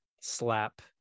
slap